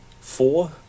four